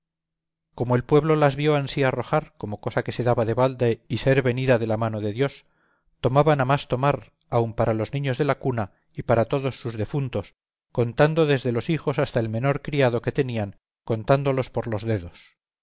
como el pueblo las vio ansí arrojar como cosa que se daba de balde y ser venida de la mano de dios tomaban a más tomar aun para los niños de la cuna y para todos sus defuntos contando desde los hijos hasta el menor criado que tenían contándolos por los dedos